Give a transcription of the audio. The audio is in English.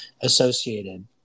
associated